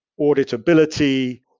auditability